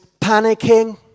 panicking